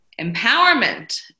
empowerment